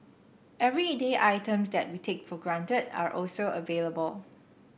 everyday items that we take for granted are also available